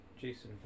Jason